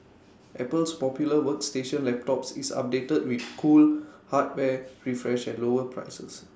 Apple's popular workstation laptops is updated with cool hardware refresh and lower prices